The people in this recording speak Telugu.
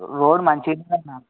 రోడ్ మంచిగా ఉందన్న